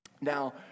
Now